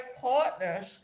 partners